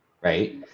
right